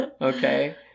Okay